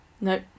Nope